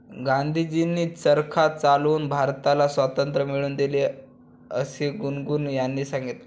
गांधीजींनी चरखा चालवून भारताला स्वातंत्र्य मिळवून दिले असे गुनगुन यांनी सांगितले